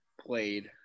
played